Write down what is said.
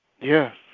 Yes